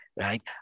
Right